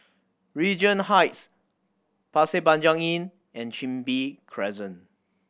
Regent Heights Pasir Panjang Inn and Chin Bee Crescent